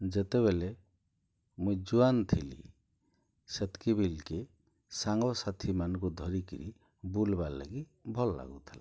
ଯେତେବେଲେ ମୁଇଁ ଯବାନ ଥିଲି ସେତକି ବେଲ୍କେ ସାଙ୍ଗସାଥି ମାନଙ୍କୁ ଧରିକିରି ବୁଲ୍ବାର ଲାଗି ଭଲ୍ ଲାଗୁଥିଲା